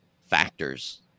factors